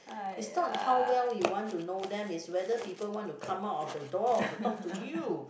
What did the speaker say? it's not how well you want to know them it's whether people want to come out of the door to talk to you